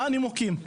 מה הנימוקים?